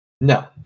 No